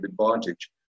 advantage